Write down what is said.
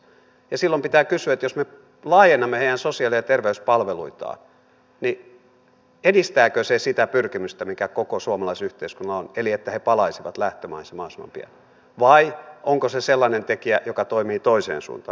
silloin pitää kysyä että jos me laajennamme heidän sosiaali ja terveyspalveluitaan niin edistääkö se sitä pyrkimystä mikä koko suomalaisella yhteiskunnalla on eli että he palaisivat lähtömaihinsa mahdollisimman pian vai onko se sellainen tekijä joka toimii toiseen suuntaan